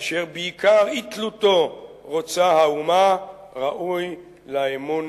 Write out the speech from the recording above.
אשר ביקר אי-תלותו רוצה האומה, ראוי לאמון